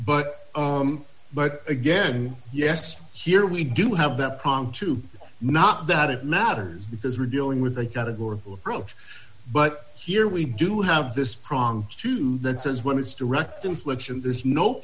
but but again yes here we do have that problem too not that it matters because we're dealing with a categorical approach but here we do have this problem too that says when it's direct inflection there's no